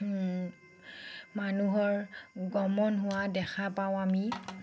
মানুহৰ গমন হোৱা দেখা পাওঁ আমি